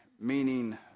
meaning